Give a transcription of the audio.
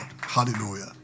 hallelujah